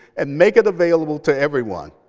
and make it available to everyone.